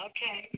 Okay